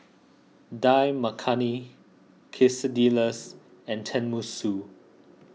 Dal Makhani Quesadillas and Tenmusu